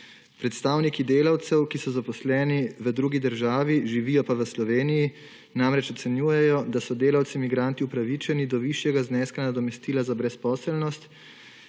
Predstavniki delavcev, ki so zaposleni v drugi državi, živijo pa v Sloveniji, namreč ocenjujejo, da so delavci migranti upravičeni do višjega zneska nadomestila za brezposelnost,